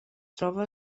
troba